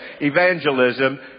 evangelism